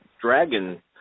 Dragon